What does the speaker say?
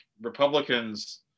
Republicans